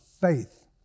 faith